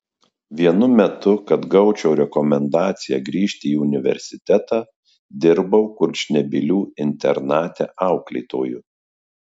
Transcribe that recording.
vienu metu kad gaučiau rekomendaciją grįžti į universitetą dirbau kurčnebylių internate auklėtoju